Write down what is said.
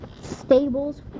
Stables